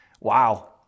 Wow